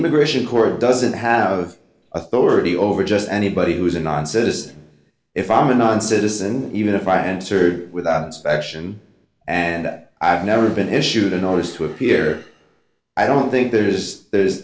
immigration court doesn't have authority over just anybody who is a non citizen if i'm a non citizen even if i answered without inspection and that i've never been issued a notice to appear i don't think there is there